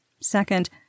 Second